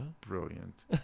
brilliant